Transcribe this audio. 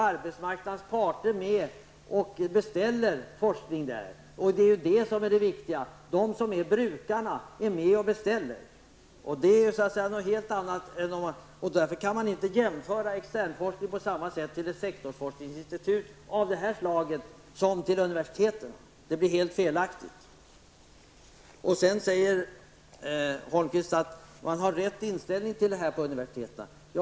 Arbetsmarknadens parter är delvis med och beställer forskning där. Det viktiga är att det är brukarna som är med och beställer. Därför går det inte att jämföra extern forskning i ett sektorsforskningsinstitut med den vid universiteten. Vidare säger Erik Holmkvist att universiteten har rätt inställning.